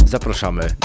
Zapraszamy